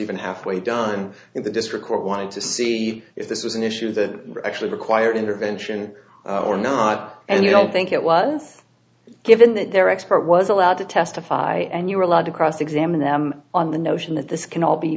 even half way done in the district court wanted to see if this was an issue that actually required intervention or not and i don't think it was given that their expert was allowed to testify and you were allowed to cross examine them on the notion that this can all be